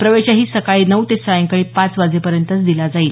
प्रवेशही सकाळी नऊ ते सायंकाळी पाच वाजेपर्यंतच दिला जाईल